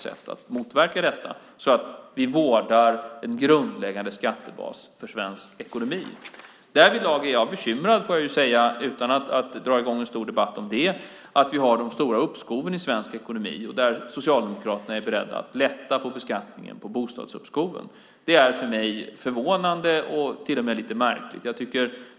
Det är vår skyldighet så att vi vårdar en grundläggande skattebas för svensk ekonomi. Därvidlag är jag bekymrad, utan att dra i gång en stor debatt om det, över att vi har de stora uppskoven i svensk ekonomi. Socialdemokraterna är beredda att lätta på beskattningen på bostadsuppskoven. Det är för mig förvånande och till och med lite märkligt.